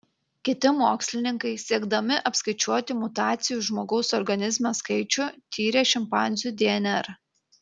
kiti mokslininkai siekdami apskaičiuoti mutacijų žmogaus organizme skaičių tyrė šimpanzių dnr